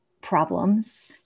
problems